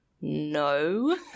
no